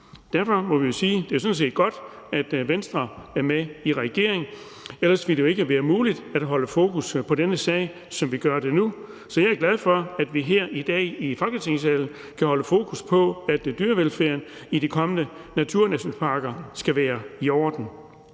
Derfor vil jeg sige, at jeg synes, det er godt, at Venstre er med i regering. Ellers ville det jo ikke være muligt at holde fokus på denne sag, som vi gør det nu, så jeg er glad for, at vi her i dag i Folketingssalen kan holde fokus på, at dyrevelfærden i de kommende naturnationalparker skal være i orden.